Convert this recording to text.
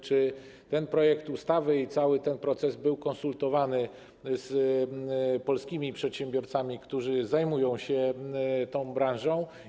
Czy projekt ustawy i cały ten proces były konsultowane z polskimi przedsiębiorcami, którzy zajmują się tą branżą?